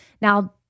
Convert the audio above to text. Now